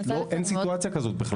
אין סיטואציה כזו בכלל.